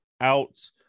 out